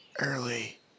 early